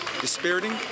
dispiriting